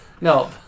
No